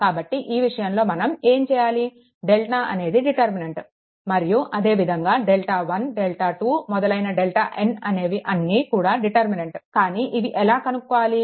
కాబట్టి ఈ విషయంలో మనం ఏం చేయాలి డెల్టా అనేది డిటర్మినెంట్ మరియు అదే విధంగా డెల్టా1 డెల్టా2 మొదలైన డెల్టాn ఇవి అన్నీ కూడా డిటర్మినెంట్ కానీ ఇవి ఎలా కనుక్కోవాలి